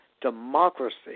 Democracy